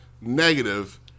negative